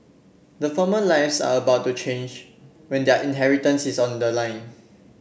the former lives are about to change when their inheritance is on the line